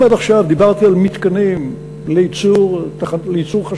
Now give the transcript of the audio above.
אם עד עכשיו דיברתי על מתקנים לייצור חשמל,